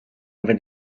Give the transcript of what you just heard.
over